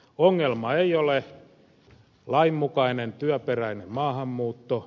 ongelma ei ole lainmukainen työperäinen maahanmuutto